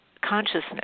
consciousness